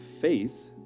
faith